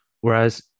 Whereas